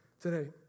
today